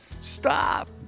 Stop